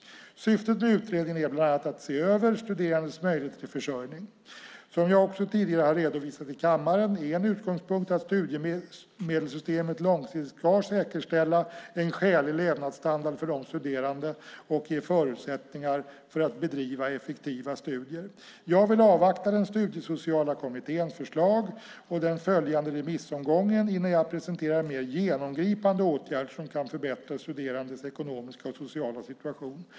Syftet med utredningen är bland annat att se över studerandes möjligheter till försörjning. Som jag också tidigare har redovisat i kammaren är en utgångspunkt att studiemedelssystemet långsiktigt ska säkerställa en skälig levnadsstandard för de studerande och ge förutsättningar att bedriva effektiva studier. Jag vill avvakta den studiesociala kommitténs förslag och den följande remissomgången innan jag presenterar mer genomgripande åtgärder som kan förbättra studerandes ekonomiska och sociala situation.